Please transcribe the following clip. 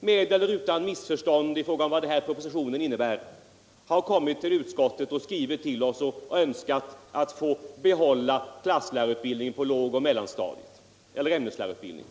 med eller utan missförstånd i fråga om vad propositionen innebär har begärt hos utskottet att få behålla klasslärarutbildningen på lågoch mellanstadiet eller ämneslärarutbildningen.